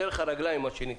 נתחיל "דרך הרגליים", מה שנקרא.